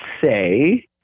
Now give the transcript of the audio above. say